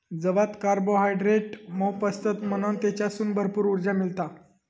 जवात कार्बोहायड्रेट मोप असतत म्हणान तेच्यासून भरपूर उर्जा मिळता